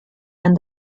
and